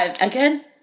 again